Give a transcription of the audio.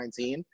2019